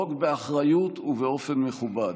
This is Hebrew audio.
לנהוג באחריות ובאופן מכובד,